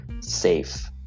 safe